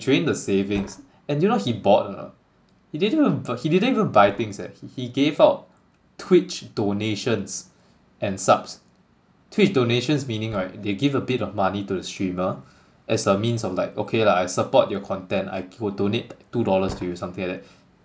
drained the savings and you know what he bought or not he didn't even b~ he didn't even buy things leh he he gave out twitch donations and subs twitch donations meaning right they give a bit of money to the streamer as a means of like okay lah I support your content I will donate two dollars to you something like that